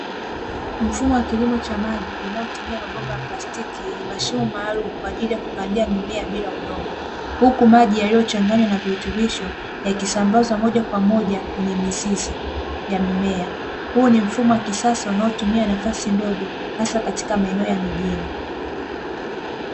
Mfumo wa kilimo cha maji unaotumia mabomba ya plastiki yenye mashimo maalumu kwa ajili ya kupandia mimea bila udongo. Huku maji yaliyochanganywa na virutubisho yakisambazwa moja kwa moja kwenye mizizi ya mmea. Huu ni mfumo wa kisasa unaotumia nafasi ndogo hasa katika maeneo ya mijini.